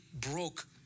broke